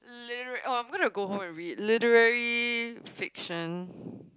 literary oh I'm gonna go home and read literary fiction